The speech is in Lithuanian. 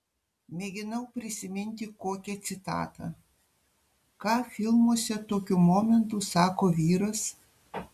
mėginau prisiminti kokią citatą ką filmuose tokiu momentu sako vyras